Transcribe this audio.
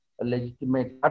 legitimate